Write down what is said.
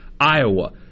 Iowa